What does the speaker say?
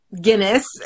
Guinness